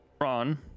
Ron